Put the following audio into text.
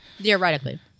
Theoretically